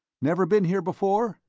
never been here before?